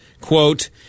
quote